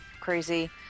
crazy